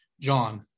John